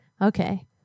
Okay